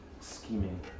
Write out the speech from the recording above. scheming